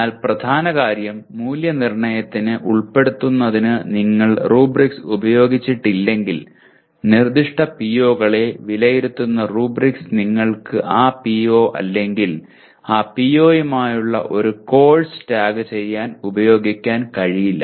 എന്നാൽ പ്രധാന കാര്യം മൂല്യനിർണ്ണയത്തിന് ഉൾപ്പെടുത്തുന്നതിന് നിങ്ങൾ റബ്രിക്സ് ഉപയോഗിച്ചിട്ടില്ലെങ്കിൽ നിർദ്ദിഷ്ട PO കളെ വിലയിരുത്തുന്ന റബ്രിക്സ് നിങ്ങൾക്ക് ആ PO അല്ലെങ്കിൽ ആ PO യുമായുള്ള ഒരു കോഴ്സ് ടാഗ് ചെയ്യാൻ ഉപയോഗിക്കാൻ കഴിയില്ല